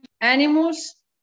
animals